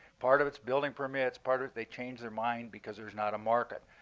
part of it's building permits. part of it, they change their mind because there's not a market.